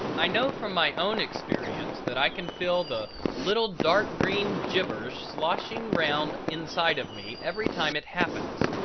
i know from my own experience that i can feel the little dark-green gibbers sloshing round inside of me every time it happens,